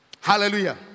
Hallelujah